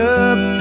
up